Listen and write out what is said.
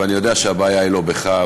ואני יודע שהבעיה היא לא בך,